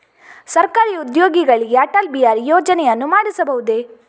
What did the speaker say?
ಸರಕಾರಿ ಉದ್ಯೋಗಿಗಳಿಗೆ ಅಟಲ್ ಬಿಹಾರಿ ಯೋಜನೆಯನ್ನು ಮಾಡಿಸಬಹುದೇ?